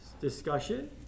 discussion